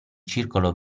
circolo